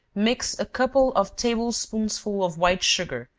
mix a couple of table-spoonsful of white sugar,